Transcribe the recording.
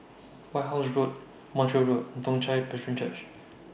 White House Road Montreal Road Toong Chai Presbyterian Church